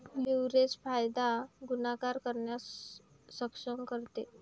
leverage फायदा गुणाकार करण्यास सक्षम करते